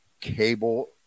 cable